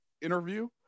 interview